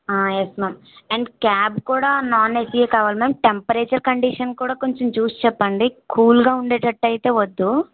ఆ yes ma'am and cab కూడా non AC ఏ కావాలి మ్యామ్ టెంపరేచర్ కండిషన్ కూడా కొంచెం చూసి చెప్పండి కూల్గా ఉండేటట్టు అయితే వద్దు